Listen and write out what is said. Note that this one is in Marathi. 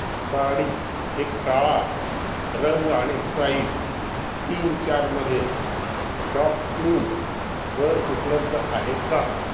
साडी हे काळा रंग आणि साइज तीन चारमध्ये शॉपक्लूज वर उपलब्ध आहे का